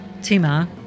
Tima